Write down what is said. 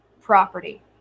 property